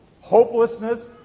hopelessness